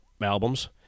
albums